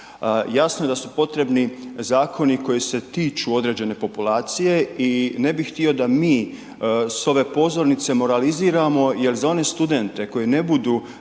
Jasno je da su potrebni zakoni koji se tiču određene populacije i ne bih htio da mi s ove pozornice moraliziramo jer za one studente koji ne budu